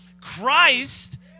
Christ